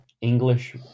English